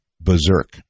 berserk